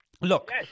look